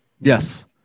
Yes